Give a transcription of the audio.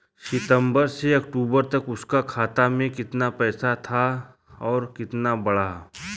सितंबर से अक्टूबर तक उसका खाता में कीतना पेसा था और कीतना बड़ा?